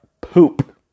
poop